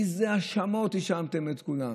באיזה האשמות האשמתם את כולם.